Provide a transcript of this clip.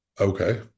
Okay